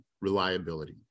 reliability